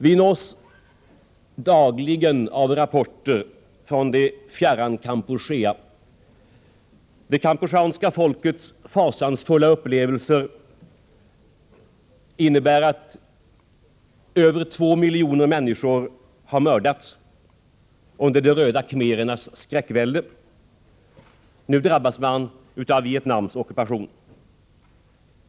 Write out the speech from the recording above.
Vi nås dagligen av rapporter från det fjärran Kampuchea. Det kampucheanska folket har fasansfulla upplevelser av hur över 2 miljoner människor har mördats under de röda khmerernas skräckvälde. Nu drabbas landet av Vietnams ockupation.